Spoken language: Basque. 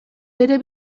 bere